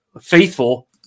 faithful